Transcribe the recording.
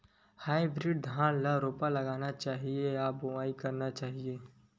Hybrid धान ल रोपा लगाना चाही या बोआई करना चाही?